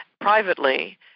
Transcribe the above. privately